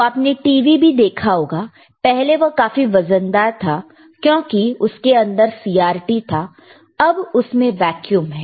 तो आपने टीवी भी देखा होगा पहले वह काफी वजनदार था क्योंकि उसके अंदर CRT था अब उसमें वैक्यूम है